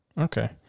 Okay